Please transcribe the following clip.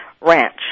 ranch